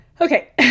okay